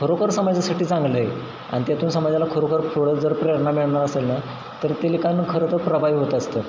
खरोखर समाजासाठी चांगलं आहे आणि त्यातून समाजाला खरोखर पुढं जर प्रेरणा मिळणार असेल ना तर ते लिखाण खरं तर प्रभावी होत असतं